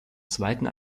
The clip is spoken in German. zweiten